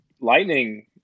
Lightning